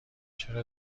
چرا